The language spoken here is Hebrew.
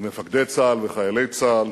למפקדי צה"ל וחיילי צה"ל,